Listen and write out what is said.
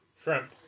Shrimp